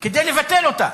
כדי לבטל אותה,